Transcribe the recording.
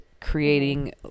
creating